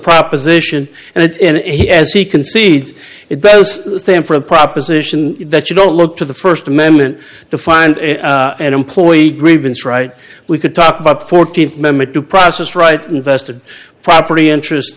proposition and it and he as he concedes it does the same for the proposition that you don't look to the first amendment to find an employee grievance right we could talk about fourteenth amendment due process rights invested property interest